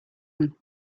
them